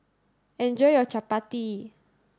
enjoy your Chapati